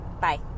Bye